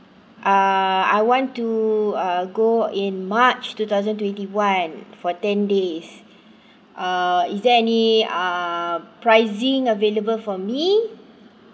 uh I want to uh go in march two thousand twenty one for ten days uh is there any uh pricing available for me